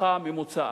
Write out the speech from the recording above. משפחה ממוצעת.